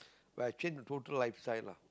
but I change a total lifestyle lah